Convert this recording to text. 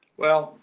well,